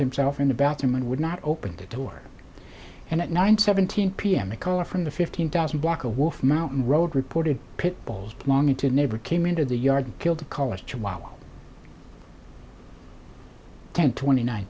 himself in the bathroom and would not open the door and at nine seventeen p m a call from the fifteen thousand block of wolf mountain road reported pitbulls belonging to a neighbor came into the yard and killed the college while ten twenty nine